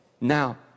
now